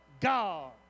God